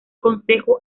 consejo